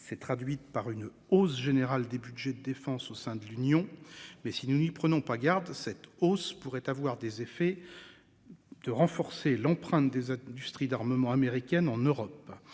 s'est traduite par une hausse générale des Budgets de défense au sein de l'Union. Mais si nous n'y prenons pas garde cette hausse pourrait avoir des effets. De renforcer l'empreinte des industries d'armement américaines en Europe,